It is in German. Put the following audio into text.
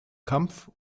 kampf